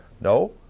No